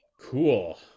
Cool